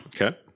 Okay